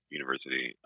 University